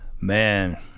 Man